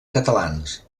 catalans